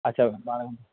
اچھا